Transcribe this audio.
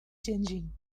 changing